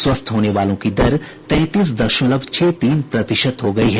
स्वस्थ होने वालों की दर तैंतीस दशमलव छह तीन प्रतिशत हो गई है